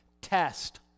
Test